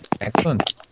Excellent